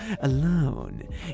alone